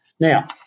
Now